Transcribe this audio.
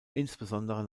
insbesondere